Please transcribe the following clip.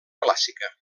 clàssica